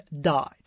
died